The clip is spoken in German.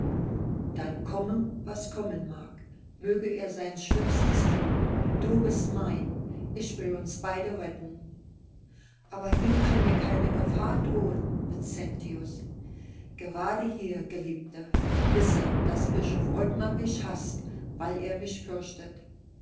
dann komme was kommen mag möge er sein schlimmstes tun du bist mein ich will uns beide retten aber hier kann dir keine gefahr drohen vincentius gerade hier geliebte wisse daß bischof ottmar mich haßt weil er mich fürchtet